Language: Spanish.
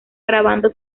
grabando